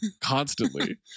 constantly